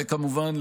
וכמובן,